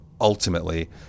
Ultimately